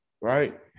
right